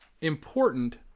important